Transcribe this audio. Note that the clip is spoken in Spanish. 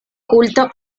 culto